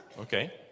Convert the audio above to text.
Okay